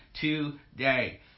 today